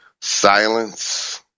Silence